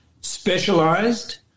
specialized